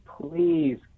please